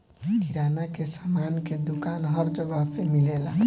किराना के सामान के दुकान हर जगह पे मिलेला